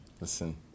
Listen